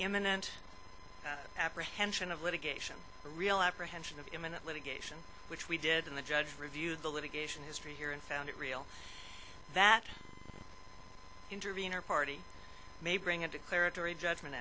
imminent apprehension of litigation a real apprehension of imminent litigation which we did and the judge reviewed the litigation history here and found it real that intervenor party may bring a declaratory judgment